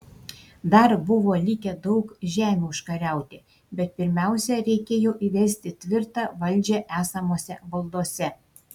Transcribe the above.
dar buvo likę daug žemių užkariauti bet pirmiausia reikėjo įvesti tvirtą valdžią esamose valdose